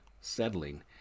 settling